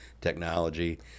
technology